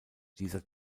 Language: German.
dieser